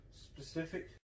specific